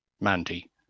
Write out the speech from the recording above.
Mandy